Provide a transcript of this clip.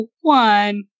one